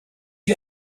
you